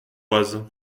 oise